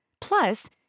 Plus